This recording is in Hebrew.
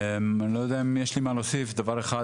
אני לא יודע אם יש לי מה להוסיף, דבר אחד